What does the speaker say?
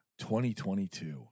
2022